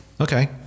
Okay